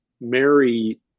Mary